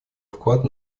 вклад